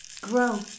grow